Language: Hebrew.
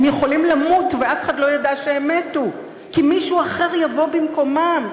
הם יכולים למות ואף אחד לא ידע שהם מתו כי מישהו אחר יבוא במקומם,